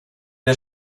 der